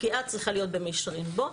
הפגיעה צריכה להיות במישרין בקובל.